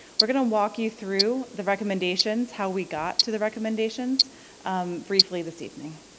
we're gonna walk you through the recommendations, how we got to the recommendations briefly this evening.